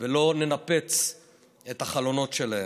ולא ננפץ את החלונות שלהן.